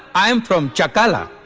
i'm from chakala.